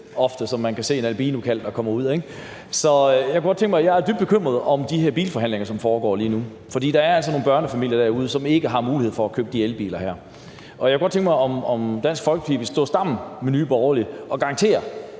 som man ser en albinokalv! Så jeg vil sige, at jeg er dybt bekymret over de bilforhandlinger, som foregår lige nu, for der er altså nogle børnefamilier derude, som ikke har mulighed for at købe de her elbiler. Og jeg kunne godt tænke mig at høre, om Dansk Folkeparti vil stå sammen med Nye Borgerlige og garantere,